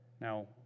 Now